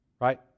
right